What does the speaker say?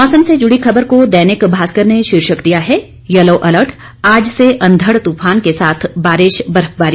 मौसम से जुड़ी खबर को दैनिक भास्कर ने शीर्षक दिया है येलो अलर्ट आज से अंधड़ तूफान के साथ बारिश बर्फबारी